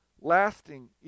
lasting